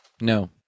No